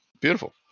Beautiful